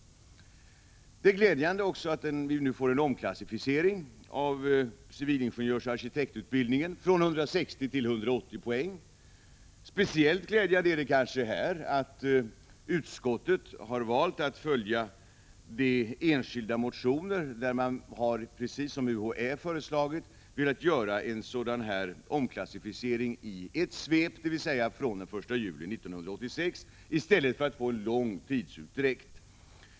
Det är glädjande att vi nu får en omklassificering av civilingenjörsoch arkitektutbildningarna från 160 till 180 poäng. Speciellt glädjande är kanske att utskottet har valt att följa de enskilda motioner i vilka man, precis som UHÄ, har velat göra omklassificeringen i ett svep, dvs. från den 1 juli 1986, i stället för att få en lång tidsutdräkt.